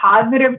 positive